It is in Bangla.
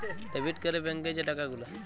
ডেবিট ক্যরে ব্যাংকে যে টাকা গুলা